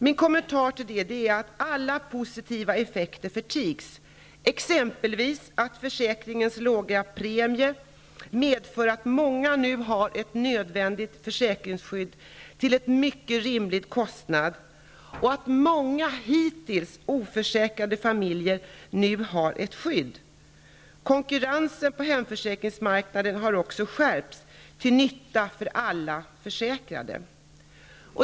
Min kommentar till detta är att alla positiva effekter förtigs, exempelvis att försäkringens låga premie medför att många nu har ett nödvändigt försäkringsskydd till en mycket rimlig kostnad. Många hittills oförsäkrade familjer har nu ett skydd. Konkurrensen på hemförsäkringsmarknaden har också skärpts till nytta för alla försäkrade.